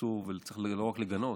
צריך לא רק לגנות,